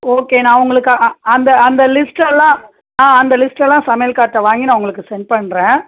okay நான் உங்களுக்கு அந்த அந்த லிஸ்ட்டெல்லாம் ஆ அந்த லிஸ்ட்டெல்லாம் சமையல்காரர்ட்ட வாங்கி நான் உங்களுக்கு செண்ட் பண்ணுறேன்